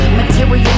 Material